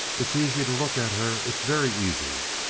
it's easy to look at her. it's very easy.